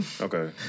Okay